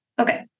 Okay